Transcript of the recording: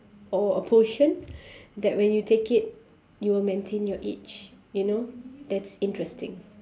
or a potion that when you take it you will maintain your age you know that's interesting